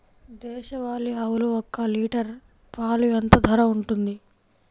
దేశవాలి ఆవులు ఒక్క లీటర్ పాలు ఎంత ధర ఉంటుంది?